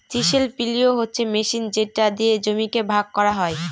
chisel plough হচ্ছে machine যেটা দিয়ে জমিকে ভাগ করা হয়